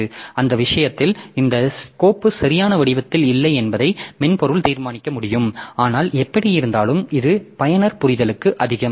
எனவே அந்த விஷயத்தில் இந்த கோப்பு சரியான வடிவத்தில் இல்லை என்பதை மென்பொருள் தீர்மானிக்க முடியும் ஆனால் எப்படியிருந்தாலும் இது பயனர் புரிதலுக்கு அதிகம்